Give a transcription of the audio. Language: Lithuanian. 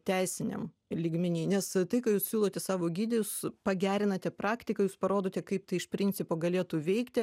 teisiniam lygmeny nes tai ką jūs siūlote savo gide jūs pagerinate praktiką jūs parodote kaip tai iš principo galėtų veikti